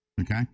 Okay